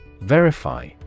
Verify